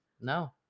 No